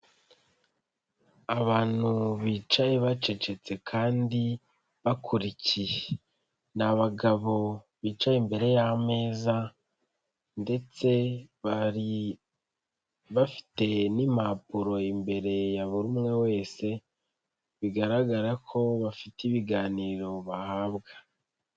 Abantu bicaye bacecetse kandi bakurikiye ni abagabo bicaye imbere y'ameza ndetse bari bafite n'impapuro imbere ya buri umwe wese bigaragara ko bafite ibiganiro bahabwa.